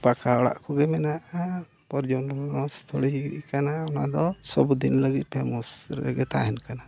ᱯᱟᱠᱟ ᱚᱲᱟᱜ ᱠᱚᱜᱮ ᱢᱮᱱᱟᱜᱼᱟ ᱯᱚᱨᱡᱚᱴᱚᱱ ᱥᱛᱷᱚᱞᱤ ᱠᱟᱱᱟ ᱚᱱᱟᱫᱚ ᱥᱚᱵᱽ ᱫᱤᱱ ᱞᱟᱹᱜᱤᱫ ᱯᱷᱮᱢᱟᱥ ᱨᱮᱜᱮ ᱛᱟᱦᱮᱱ ᱠᱟᱱᱟ